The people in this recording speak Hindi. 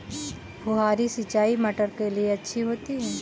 फुहारी सिंचाई मटर के लिए अच्छी होती है?